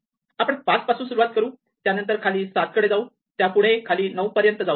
आपण 5 पासून सुरुवात करू त्यानंतर खाली 7 कडे जाऊ त्या पुढे खाली 9 पर्यंत जाऊ